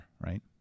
right